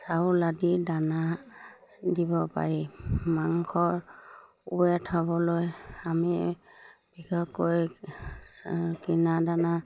চাউল আদি দানা দিব পাৰি মাংসৰ ৱেট থ'বলৈ আমি বিশেষকৈ কিনা দানা